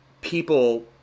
people